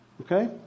okay